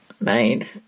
made